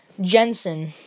Jensen